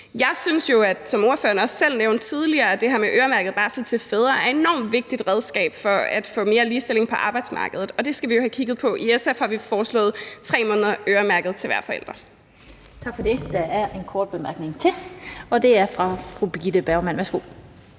tidligere, at det her med øremærket barsel til fædre er et enormt vigtigt redskab for at få mere ligestilling på arbejdsmarkedet, og det skal vi have kigget på. I SF har vi foreslået 3 måneders øremærket barsel til hver forælder. Kl. 17:09 Den fg. formand (Annette Lind): Tak for det. Der er en kort bemærkning til, og det er fra fru Birgitte Bergman. Værsgo.